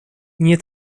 nie